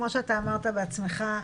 כמו שאמרת בעצמך,